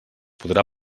podrà